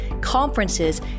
conferences